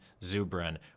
Zubrin